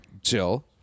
Jill